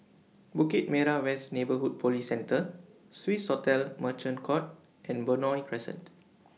Bukit Merah West Neighbourhood Police Centre Swissotel Merchant Court and Benoi Crescent